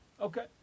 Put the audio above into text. Okay